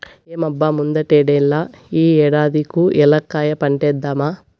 ఏం బా ముందటేడల్లే ఈ ఏడాది కూ ఏలక్కాయ పంటేద్దామా